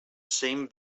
same